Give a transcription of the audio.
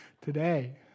today